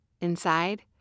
inside